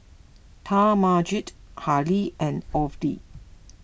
Talmadge Halle and Orvel